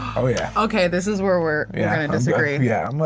oh yeah. okay, this is where we're yeah gonna disagree. yeah,